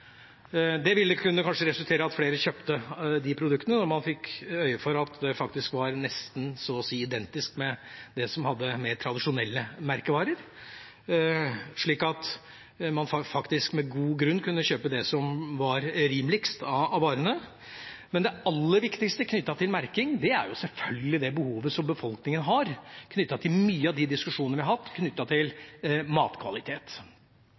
Det ville kanskje kunne resultere i at flere kjøpte de produktene når man fikk øye for at de faktisk var nesten så å si identiske med tradisjonelle merkevarer, slik at man med god grunn kunne kjøpe de varene som var rimeligst. Men det aller viktigste med merking er selvfølgelig det behovet som befolkningen har knyttet til mange av de diskusjonene vi har hatt om matkvalitet. Når det gjelder portalen, er jeg glad for at store aktører ute i bransjen nå ser ut til